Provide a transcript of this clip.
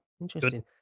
Interesting